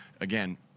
again